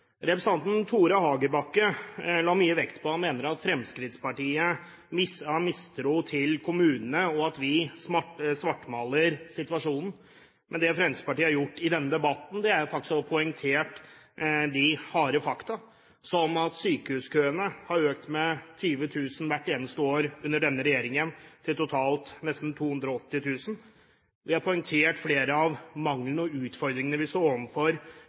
Representanten Tore Hagebakken la mye vekt på at han mener at Fremskrittspartiet har mistro til kommunene, og at vi svartmaler situasjonen. Men det Fremskrittspartiet har gjort i denne debatten, er jo faktisk å poengtere de harde fakta, som at sykehuskøene har økt med 20 000 hvert eneste år under denne regjeringen, til totalt nesten 280 000. Vi har poengtert flere av manglene og utfordringene vi står